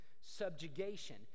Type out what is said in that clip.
subjugation